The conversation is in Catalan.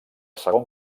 segon